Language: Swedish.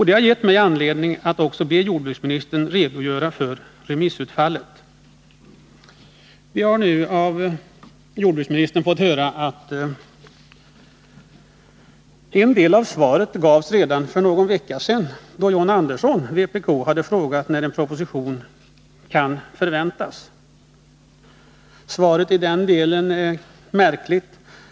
Det har gett mig anledning att också be jordbruksministern redogöra för remissutfallet. Vi har nu av jordbruksministern fått höra att en del av svaret på min fråga gavs redan för någon vecka sedan, då John Andersson, vpk, hade frågat när en proposition kan förväntas. Svaret i den delen är märkligt.